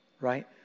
right